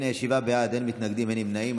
אם כן, שבעה בעד, אין מתנגדים, אין נמנעים.